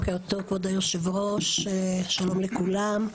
בוקר טוב כבוד יושב הראש, שלום לכולם.